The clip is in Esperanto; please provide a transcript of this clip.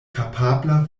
kapabla